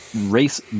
race